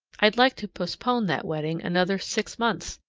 i'd like to postpone that wedding another six months,